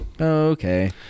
okay